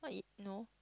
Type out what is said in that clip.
what it no